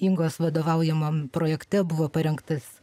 ingos vadovaujamam projekte buvo parengtas